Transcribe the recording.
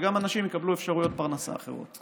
וגם אנשים יקבלו אפשרויות פרנסה אחרות.